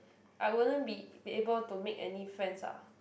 I wouldn't be be able to make any friends ah